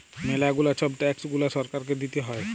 ম্যালা গুলা ছব ট্যাক্স গুলা সরকারকে দিতে হ্যয়